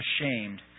ashamed